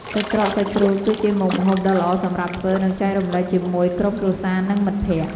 សាច់ក្រកសាច់ជ្រូក គឺជាមុខម្ហូបដ៏ល្អសម្រាប់ធ្វើ និងចែករំលែកជាមួយក្រុមគ្រួសារ និងមិត្តភក្តិ។